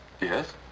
Yes